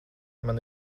man